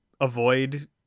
avoid